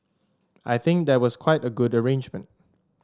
I think that was quite a good arrangement